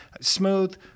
smooth